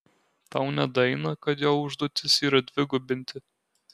tau nedaeina kad jo užduotis yra dvigubinti